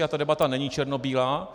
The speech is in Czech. Tato debata není černobílá.